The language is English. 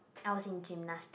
I was in gymnastic